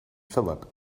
phillip